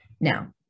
Now